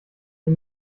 ihr